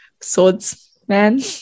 Swordsman